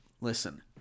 Listen